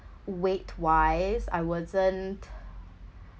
weight wise I wasn't